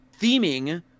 theming